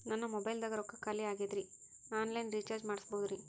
ನನ್ನ ಮೊಬೈಲದಾಗ ರೊಕ್ಕ ಖಾಲಿ ಆಗ್ಯದ್ರಿ ಆನ್ ಲೈನ್ ರೀಚಾರ್ಜ್ ಮಾಡಸ್ಬೋದ್ರಿ?